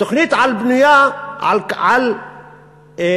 התוכנית בנויה על פינוי,